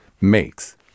makes